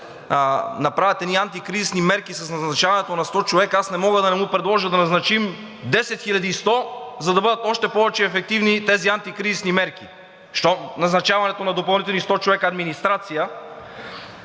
направят едни антикризисни мерки с назначаването на 100 човека, аз не мога да не му предложа да назначим 10 хиляди и 100, за да бъдат още повече ефективни тези антикризисни мерки, щом назначаването на допълнителни 100 човека администрация